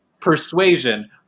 persuasion